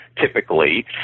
typically